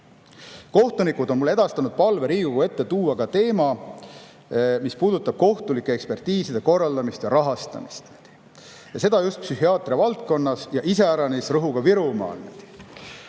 Kohtunikud on mulle edastanud ka palve viia Riigikogu ette teema, mis puudutab kohtulike ekspertiiside korraldamist ja rahastamist, seda just psühhiaatria valdkonnas ja iseäranis rõhuga Virumaal.